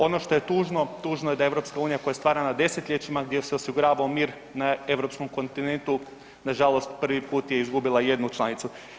Ono što je tužno, tužno je da EU koja je stvarana desetljećima gdje se osiguravao mir na europskom kontinentu nažalost prvi put je izgubila jednu članicu.